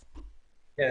כן,